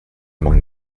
among